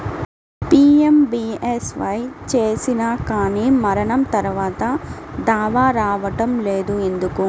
PMBSY చేసినా కానీ మరణం తర్వాత దావా రావటం లేదు ఎందుకు?